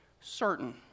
certain